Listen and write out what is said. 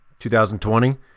2020